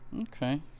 Okay